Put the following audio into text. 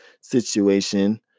situation